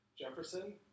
Jefferson